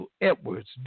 Edwards